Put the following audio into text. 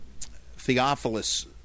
Theophilus